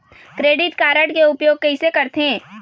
Credit card के उपयोग कैसे करथे?